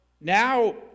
now